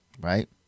Right